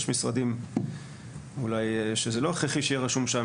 יש משרדים אולי שזה לא הכרחי שיהיה רשום שם.